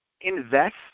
invest